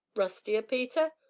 rustier, peter?